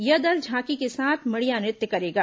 यह दल झांकी के साथ माड़िया नृत्य करेगा